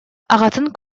аҕатын